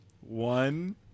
One